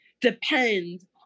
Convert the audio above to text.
depends